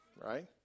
right